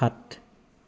সাত